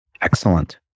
Excellent